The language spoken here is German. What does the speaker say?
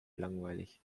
langweilig